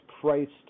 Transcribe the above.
priced